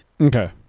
Okay